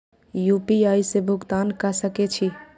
UPI से भुगतान क सके छी?